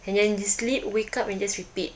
and then just sleep wake up and just repeat